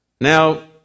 Now